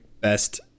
best